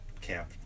camp